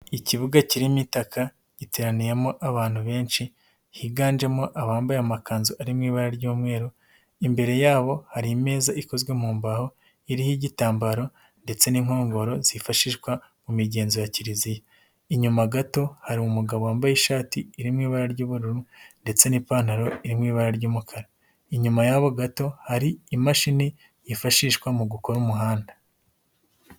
Ikibuga kirimo ita giteraniyemo abantu benshi, higanjemo abambaye amakanzu ari mu ibara ry'umweru, imbere yabo hari imeza ikozwe mu mbaho, iriho igitambaro ndetse n'inkongoro zifashishwa mu migenzo ya kiliziya. Inyuma gato hari umugabo wambaye ishati irimo ibara ry'ubururu, ndetse n'ipantaro irimo ibara ry'umukara. Inyuma y'aho gato hari imashini yifashishwa mu gukora umuhanda.